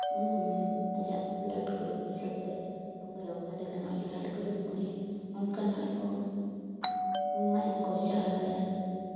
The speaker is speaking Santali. ᱟᱡᱟᱜ ᱵᱞᱟᱰ ᱜᱨᱩᱯ ᱦᱤᱥᱟᱹᱵ ᱛᱮ ᱚᱠᱚᱭ ᱚᱠᱟ ᱞᱮᱠᱟᱱᱟᱜ ᱵᱞᱟᱰ ᱜᱨᱩᱯ ᱩᱱᱤ ᱚᱱᱠᱟᱱᱟᱜ ᱠᱚ ᱢᱟᱭᱟᱝ ᱠᱚ ᱪᱟᱲᱦᱟᱣᱟ ᱟᱭᱟ